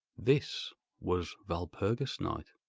this was walpurgis night!